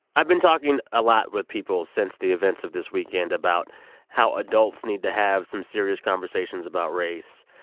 i've been talking a lot with people since the events of this weekend about how adults need to have some serious conversations about race.